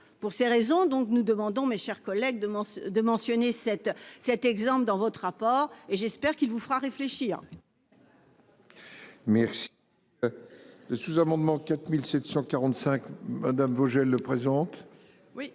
Pour ces raisons, nous demandons de mentionner cet exemple dans votre rapport : j'espère qu'il vous fera réfléchir.